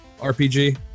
RPG